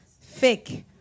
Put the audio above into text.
fake